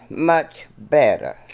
much better.